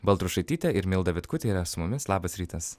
baltrušaityte ir milda vitkutė yra su mumis labas rytas